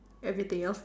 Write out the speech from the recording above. everything else